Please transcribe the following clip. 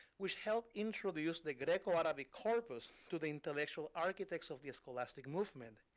which helped introduce the greco-arabic corpus to the intellectual architects of the scholastic movement.